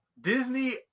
Disney